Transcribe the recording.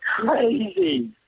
crazy